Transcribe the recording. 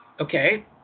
Okay